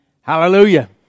Hallelujah